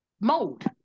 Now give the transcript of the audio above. mode